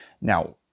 Now